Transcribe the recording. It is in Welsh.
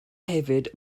hefyd